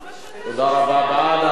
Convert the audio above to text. תודה רבה.